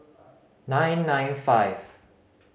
nine nine five